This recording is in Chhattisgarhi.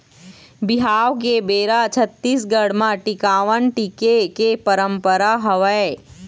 बिहाव के बेरा छत्तीसगढ़ म टिकावन टिके के पंरपरा हवय